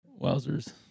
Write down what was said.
Wowzers